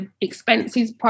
expenses